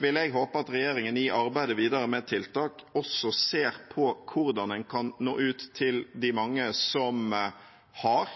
vil jeg håpe at regjeringen i arbeidet videre med tiltak også ser på hvordan man kan nå ut de mange som har